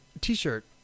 t-shirt